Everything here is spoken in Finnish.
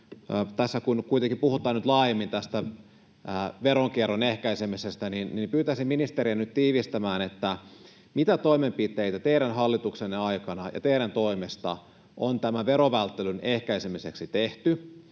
tässä kuitenkin puhutaan laajemmin tästä veronkierron ehkäisemisestä, pyytäisin ministeriä tiivistämään, mitä toimenpiteitä teidän hallituksenne aikana ja teidän toimestanne on tämän verovälttelyn ehkäisemiseksi tehty.